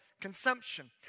consumption